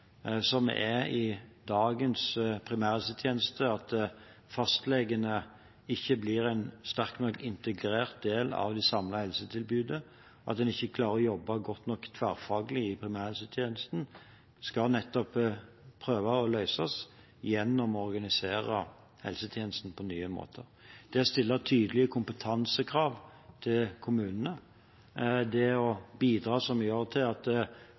som er i dagens primærhelsetjeneste. At fastlegene ikke blir en sterkt nok integrert del av det samme helsetilbudet, at en ikke klarer å jobbe godt nok tverrfaglig i primærhelsetjenesten, skal man prøve å løse gjennom å organisere helsetjenesten på nye måter. Det stiller tydelige kompetansekrav til kommunene: å bidra til at flere av kommunens helsetjenester blir samlokalisert, samorganisert, sånn at